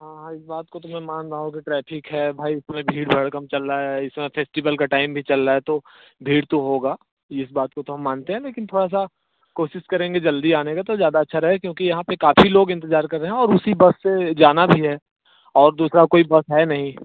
हाँ हाँ इस बात को तो मैं मान रहा हूँ कि ट्रैफिक है भाई इतनी भीड़ भड़कम चल रहा है इस समय फ़ेस्टिवल का टाइम भी चल रहा है तो भीड़ तो होगी इस बात को तो हम मानते हैं लेकिन थोड़ा सा कोशिश करेंगे जल्दी आने का तो ज़्यादा अच्छा रहेगा क्योंकि यहाँ पर काफ़ी लोग इंतेज़ार कर रहे हैं और उसी बस से जाना भी है और दूसरी कोई बस है नहीं